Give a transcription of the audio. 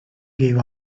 gave